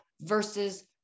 versus